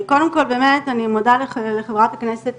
קודם כל באמת אני מודה לחברת הכנסת